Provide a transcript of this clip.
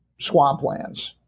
swamplands